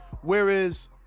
Whereas